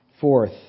Fourth